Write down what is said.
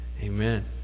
Amen